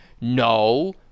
No